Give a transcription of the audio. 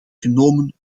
genomen